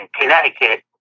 Connecticut